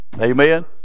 Amen